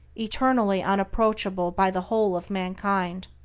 eternally unapproachable by the whole of mankind.